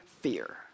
fear